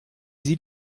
sie